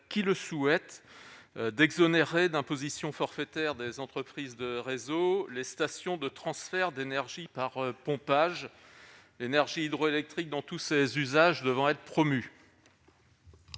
qui le souhaitent d'exonérer d'imposition forfaitaire des entreprises de réseaux, les stations de transfert d'énergie par pompage l'énergie hydroélectrique dans tous ses usages devant être promu.